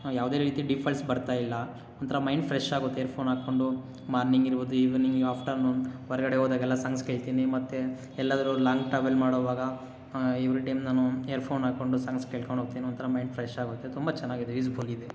ಯಾವುದೇ ರೀತಿ ಡೀಫಾಲ್ಟ್ಸ್ ಬರ್ತಾ ಇಲ್ಲ ಒಂಥರ ಮೈಂಡ್ ಫ್ರೆಶ್ ಆಗುತ್ತೆ ಏರ್ಫೋನ್ ಹಾಕಿಕೊಂಡು ಮಾರ್ನಿಂಗ್ ಇರ್ಬೋದು ಈವ್ನಿಂಗ್ ಆಫ್ಟರ್ನೂನ್ ಹೊರಗಡೆ ಹೋದಾಗ ಎಲ್ಲ ಸಾಂಗ್ಸ್ ಕೇಳ್ತೀನಿ ಮತ್ತು ಎಲ್ಲಾದ್ರೂ ಲಾಂಗ್ ಟ್ರಾವೆಲ್ ಮಾಡೋವಾಗ ಎವ್ರಿ ಟೈಮ್ ನಾನು ಏರ್ಫೋನ್ ಹಾಕ್ಕೊಂಡು ಸಾಂಗ್ಸ್ ಕೇಳ್ಕೊಂಡು ಹೋಗ್ತೀನಿ ಒಂಥರ ಮೈಂಡ್ ಫ್ರೆಶ್ ಆಗುತ್ತೆ ತುಂಬ ಚೆನ್ನಾಗಿದೆ ಯೂಸ್ಫುಲ್ ಇದೆ